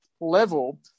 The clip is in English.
level